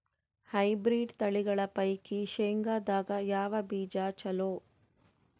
Hybrid ತಳಿಗಳ ಪೈಕಿ ಶೇಂಗದಾಗ ಯಾವ ಬೀಜ ಚಲೋ?